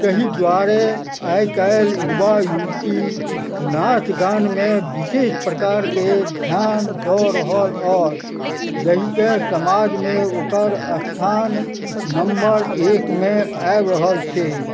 तहि दुआरे आइ काल्हि युवा युवती नाच गानमे विशेष प्रकारकेँ ध्यान दऽ रहल अछि जाहिसँ समाजमे ओकर स्थान नम्बर एकमे आबि रहल छै